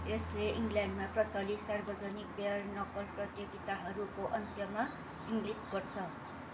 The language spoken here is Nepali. यसले इङ्गल्यान्डमा प्रचलित सार्वजनिक बेयर नकल प्रतियोगिताहरूको अन्त्यमा इङ्गित गर्छ